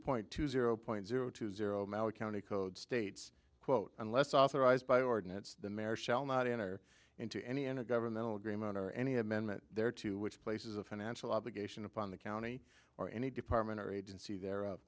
point two zero point zero two zero in a code states quote unless authorized by ordinance the mayor shall not enter into any in a governmental agreement or any amendment there to which places a financial obligation upon the county or any department or agency there